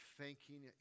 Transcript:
thanking